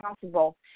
possible